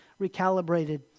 recalibrated